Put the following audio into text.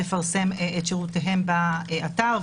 לפרסם את שירותיהם באתר,